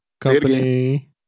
company